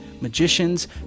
magicians